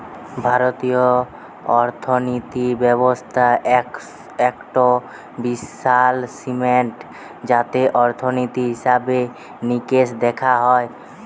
ভারতীয় অর্থিনীতি ব্যবস্থা একটো বিশাল সিস্টেম যাতে অর্থনীতি, হিসেবে নিকেশ দেখা হয়